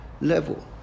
level